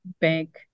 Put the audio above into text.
Bank